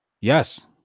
yes